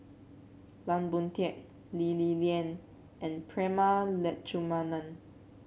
Lan Boon Teik Lee Li Lian and Prema Letchumanan